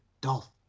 Dolph